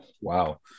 Wow